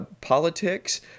politics